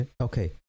Okay